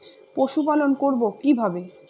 পশুপালন করব কিভাবে?